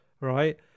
right